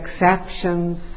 exceptions